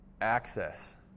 access